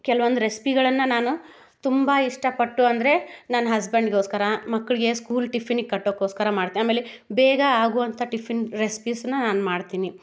ಕೆಲ್ವೊಂದು ರೆಸ್ಪಿಗಳನ್ನು ನಾನು ತುಂಬ ಇಷ್ಟಪಟ್ಟು ಅಂದರೆ ನನ್ನ ಹಸ್ಬೆಂಡಿಗೋಸ್ಕರ ಮಕ್ಕಳಿಗೆ ಸ್ಕೂಲ್ ಟಿಫಿನ್ನಿಗೆ ಕಟ್ಟೊಕ್ಕೋಸ್ಕರ ಮಾಡ್ತೆ ಆಮೇಲೆ ಬೇಗ ಆಗುವಂಥ ಟಿಫಿನ್ ರೆಸ್ಪಿಸನ್ನು ನಾನು ಮಾಡ್ತೀನಿ